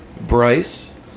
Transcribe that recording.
Bryce